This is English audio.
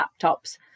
laptops